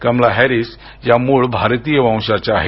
Kamala Harris या मूळ भारतीय वंशाच्या आहेत